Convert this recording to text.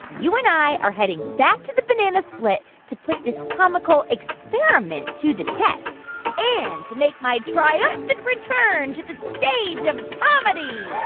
you and i are heading back to the banana split to put this comical experiment to the test and to make my triumphant return to the stage of comedy